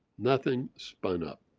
nothing spun up.